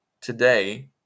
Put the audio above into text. today